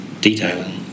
detailing